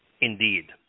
Indeed